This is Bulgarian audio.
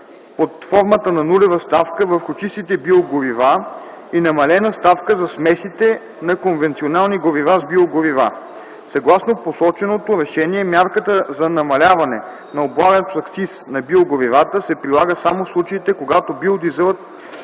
под формата на нулева ставка върху чистите биогорива и намалена ставка за смесите на конвенционални горива с биогорива. Съгласно посоченото решение мярката за намаляване на облагането с акциз на биогоривата се прилага само в случаите, когато биодизелът